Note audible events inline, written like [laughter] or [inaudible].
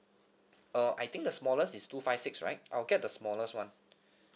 uh I think the smallest is two five six right I'll get the smallest one [breath]